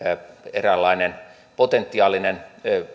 eräänlainen potentiaalinen